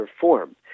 form